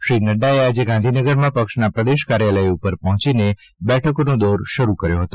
શ્રી નડ્ડાએ આજે ગાંધીનગરમાં પક્ષના પ્રદેશ કાર્યાલય ઉપર પહોંચીને બેઠકોનો દોર શરૂ કર્યો હતો